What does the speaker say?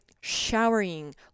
showering